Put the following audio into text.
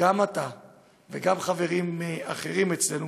שגם אתה וגם חברים אחרים אצלנו